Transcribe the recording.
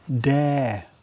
dare